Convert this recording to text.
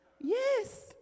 Yes